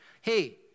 hey